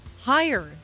higher